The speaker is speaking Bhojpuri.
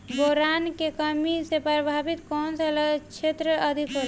बोरान के कमी से प्रभावित कौन सा क्षेत्र अधिक होला?